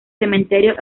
cementerio